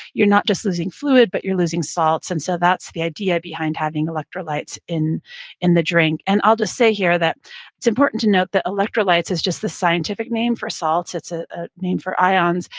you're not just losing fluid, but you're losing salts, and so that's the idea behind having electrolytes in in the drink. and i'll just say here that it's important to note that electrolytes is just the scientific name for salts. it's a ah name of ions.